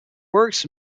works